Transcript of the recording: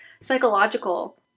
Psychological